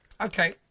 Okay